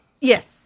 Yes